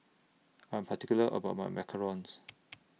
I Am particular about My Macarons